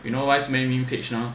you know why so many meme page now